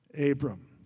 Abram